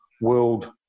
world